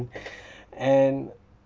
and